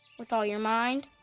with all your mind,